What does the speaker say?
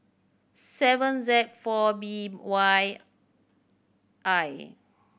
seven Z four B Y I